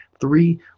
three